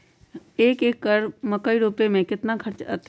एक एकर में मकई रोपे में कितना खर्च अतै?